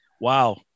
wow